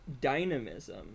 dynamism